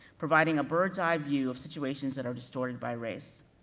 providing a birds-eye-view, of situations that are distorted by race.